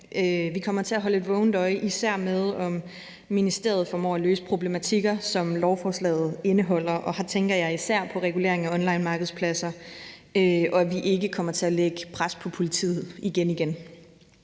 Vi kommer til at holde et vågent øje, især med, om ministeriet formår at løse problematikker, som lovforslaget indeholder. Og her tænker jeg især på reguleringen af onlinemarkedspladser, og at vi ikke kommer til at lægge pres på politiet igen igen.